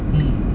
mm